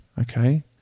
okay